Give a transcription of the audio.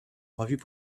revues